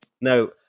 No